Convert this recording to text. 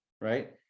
right